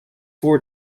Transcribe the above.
four